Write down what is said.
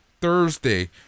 Thursday